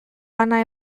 bana